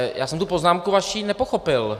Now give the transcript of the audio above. Já jsem tu poznámku vaši nepochopil.